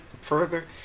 further